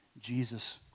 Jesus